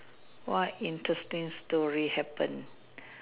what interesting story happened